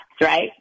right